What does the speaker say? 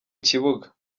kibuga